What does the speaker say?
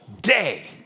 day